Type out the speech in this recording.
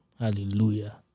Hallelujah